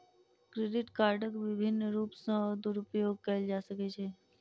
credit कार्डक विभिन्न रूप सॅ दुरूपयोग कयल जा सकै छै